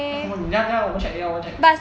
okay 你要要要不要 check 要不要 check